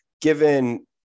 given